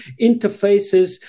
interfaces